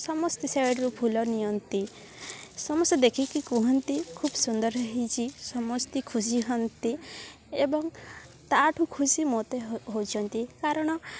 ସମସ୍ତେ ସାଇଡ୍ରୁ ଫୁଲ ନିଅନ୍ତି ସମସ୍ତେ ଦେଖିକି କୁହନ୍ତି ଖୁବ ସୁନ୍ଦର ହୋଇଛି ସମସ୍ତ ଖୁସି ହୁଅନ୍ତି ଏବଂ ତା ଠୁ ଖୁସି ମୋତେ ହେଉଛନ୍ତି କାରଣ